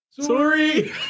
Sorry